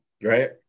right